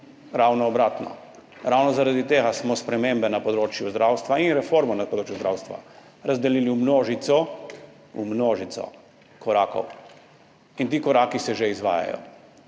Ravno obratno. Ravno zaradi tega smo spremembe na področju zdravstva in reformo na področju zdravstva razdelili v množico, v množico korakov. In ti koraki se že izvajajo.